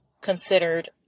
considered